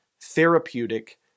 therapeutic